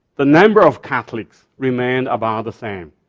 the number of catholics remained about the same.